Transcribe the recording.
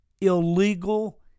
illegal